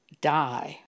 die